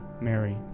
Mary